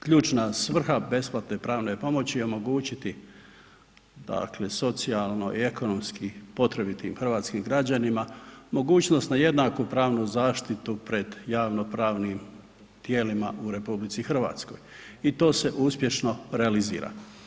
Ključna svrha besplatne pravne pomoći je omogućiti dakle socijalno i ekonomski potrebitim hrvatskim građanima mogućnost na jednaku pravnu zaštitu pred javnopravnim tijelima u Republici Hrvatskoj i to se uspješno realizira.